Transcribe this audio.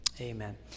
Amen